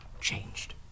changed